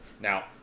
Now